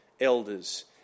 elders